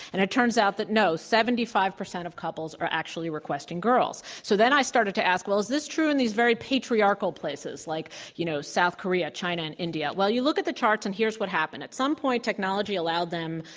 and it turns out that, no, seventy five percent of couples are actually requesting girls. so then i started to ask, well, is this true in these very patriarchal places like you know south korea, china and india? well, you look at the charts, and here's what happened. at some point, technology allowed them,